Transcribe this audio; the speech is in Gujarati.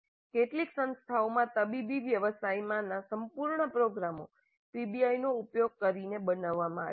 કેટલીક સંસ્થાઓમાં તબીબી વ્યવસાયમાંના સંપૂર્ણ પ્રોગ્રામો પીબીઆઈનો ઉપયોગ કરીને બનાવવામાં આવ્યા છે